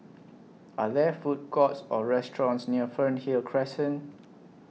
Are There Food Courts Or restaurants near Fernhill Crescent